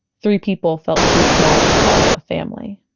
three people felt too small to call a family